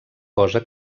cosa